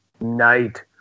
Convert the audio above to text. night